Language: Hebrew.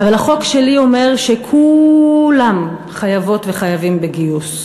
אבל החוק שלי אומר שכולם חייבות וחייבים בגיוס.